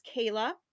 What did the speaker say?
Kayla